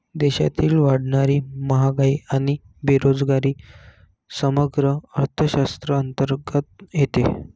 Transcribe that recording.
देशातील वाढणारी महागाई आणि बेरोजगारी समग्र अर्थशास्त्राअंतर्गत येते